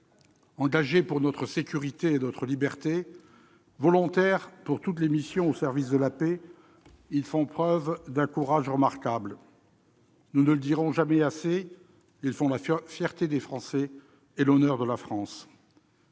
Engagés pour notre sécurité et notre liberté, volontaires pour toutes les missions au service de la paix, ils font preuve d'un courage remarquable. Nous ne le dirons jamais assez, ils font la fierté des Français et l'honneur de la France.